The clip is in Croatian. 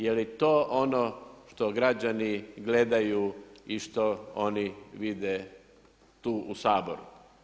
Je li to ono što građani gledaju i što oni vide tu u Saboru.